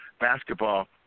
basketball